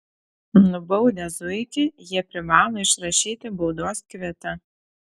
nubaudę zuikį jie privalo išrašyti baudos kvitą